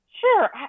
Sure